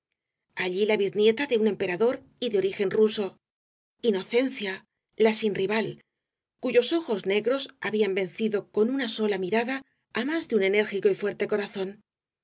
allí la biznieta de un emperador y de origen ruso inocencia la sin rival cuyos ojos negros habían vencido con una sola mirada á más de un enérgico y fuerte corazón